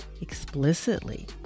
explicitly